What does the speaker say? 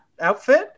outfit